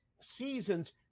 seasons